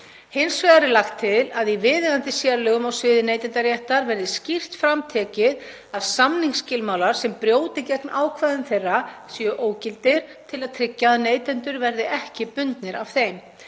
Hins vegar er lagt til að í viðeigandi sérlögum á sviði neytendaréttar verði skýrt fram tekið að samningsskilmálar sem brjóti gegn ákvæðum þeirra séu ógildir til að tryggja að neytendur verði ekki bundnir af þeim